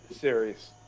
series